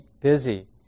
busy